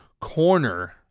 corner